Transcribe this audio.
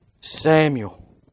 Samuel